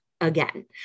again